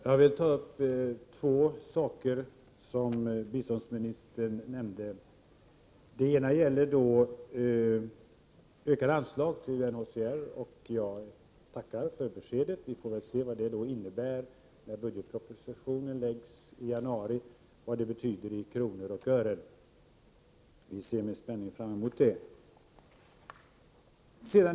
Fru talman! Jag vill ta upp två saker som biståndsministern nämnde. Den ena gäller ökade anslag till NACR. Jag tackar för beskedet; vi ser med spänning fram emot vad det betyder i kronor och ören när budgetpropositionen läggs fram i januari.